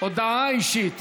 הודעה אישית.